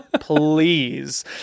please